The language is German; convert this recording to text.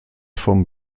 vom